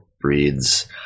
breeds